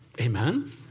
Amen